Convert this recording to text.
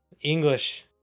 English